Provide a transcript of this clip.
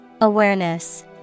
Awareness